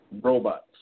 Robots